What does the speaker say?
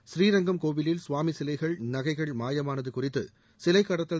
ஸ்ரீரங்கம் கோவிலில் சுவாமி சிலைகள் நகைகள் மாயமானது குறித்து சிலை கடத்தல்